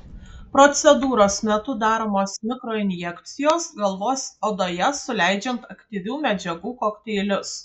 procedūros metu daromos mikroinjekcijos galvos odoje suleidžiant aktyvių medžiagų kokteilius